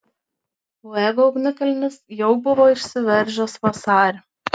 fuego ugnikalnis jau buvo išsiveržęs vasarį